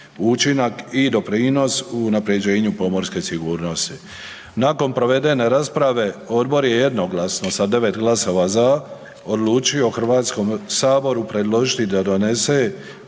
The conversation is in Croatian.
učinak i doprinos u unapređenju pomorske sigurnosti. Nakon provedene rasprave odbor je jednoglasno sa 9 glasova za odlučio Hrvatskom saboru predložiti da donese